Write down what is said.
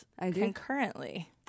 concurrently